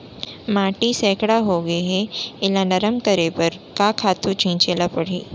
माटी सैकड़ा होगे है एला नरम करे बर का खातू छिंचे ल परहि?